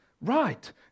right